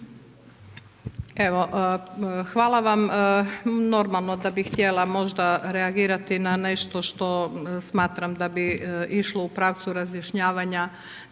Evo hvala vam, normalno da bi htjela možda reagirati na nešto što smatram da bi išlo u pravcu razjašnjavanja